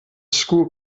school